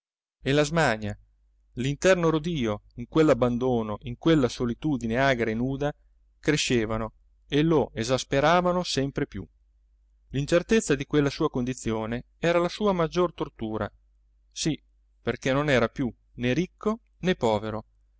e la smania l'interno rodio in quell'abbandono in quella solitudine agra e nuda crescevano e lo esasperavano sempre più l'incertezza di quella sua condizione era la sua maggiore tortura sì perché non era più né ricco né povero